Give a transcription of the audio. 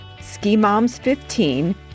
SKIMOMS15